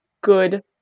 good